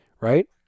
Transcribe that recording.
right